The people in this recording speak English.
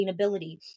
sustainability